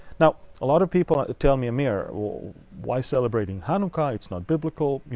now a lot of people tell me, amir, why celebrating hanukkah? it's not biblical. you